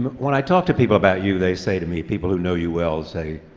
when i talk to people about you they say to me, people who know you well, say,